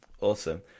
Awesome